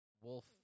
Wolf